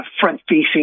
front-facing